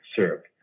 syrup